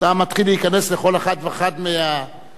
אתה מתחיל להיכנס לכל אחת ואחת מהשכונות,